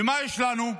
ומה יש לנו?